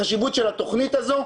החשיבות של התכנית הזאת.